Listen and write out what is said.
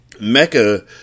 Mecca